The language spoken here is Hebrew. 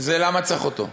היא למה צריך אותו.